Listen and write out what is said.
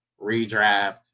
redraft